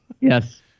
Yes